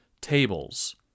tables